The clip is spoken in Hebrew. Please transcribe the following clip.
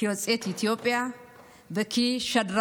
כיוצאת אתיופיה וכשדרנית